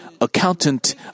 accountant